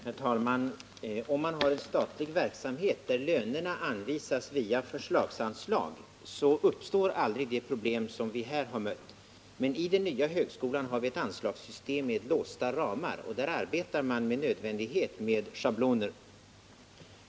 Herr talman! Om man har en statlig verksamhet där lönerna anvisas via förslagsanslag, så uppstår aldrig det problem som vi här har mött. Men i den nya högskolan har vi ett anslagssystem med låsta ramar, och där arbetar man med nödvändighet med schabloner.